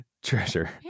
Treasure